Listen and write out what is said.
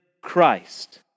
Christ